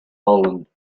bolland